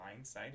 blindsided